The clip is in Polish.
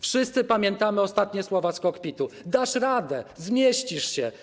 Wszyscy pamiętamy ostatnie słowa z kokpitu: dasz radę, zmieścisz się.